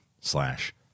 slash